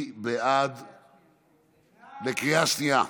בקריאה שנייה.